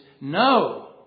no